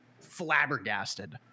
flabbergasted